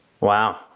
wow